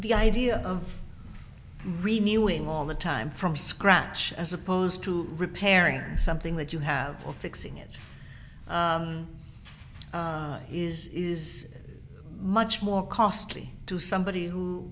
the idea of reviewing all the time from scratch as opposed to repairing something that you have of fixing it is is much more costly to somebody who